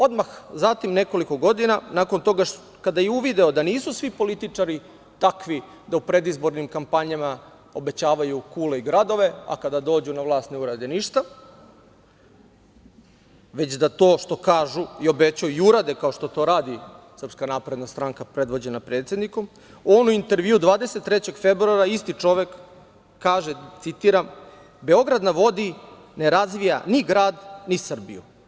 Odmah nakon nekoliko godina, kada je uvideo da nisu svi političari takvi da u predizbornim kampanjama obećavaju kule i gradove, a kada dođu na vlast ne urade ništa, već da to što kažu i obećaju, i urade, kao što to radi SNS predvođena predsednikom, on u intervjuu 23. februara, isti čovek, kaže da „Beograd na vodi“ ne razvija ni grad, ni Srbiju.